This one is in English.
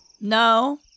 No